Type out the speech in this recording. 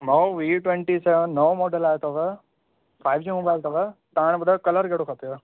भाउ वी twenty seven नओं मॉडल आहियो अथव फाइव जी मोबाइल अथव तव्हां हाणे ॿुधायो कलर कहिड़ो खपे